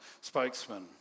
spokesman